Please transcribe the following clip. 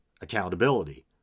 accountability